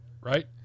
right